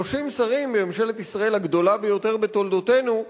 30 שרים בממשלת ישראל הגדולה ביותר בתולדותינו,